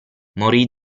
morì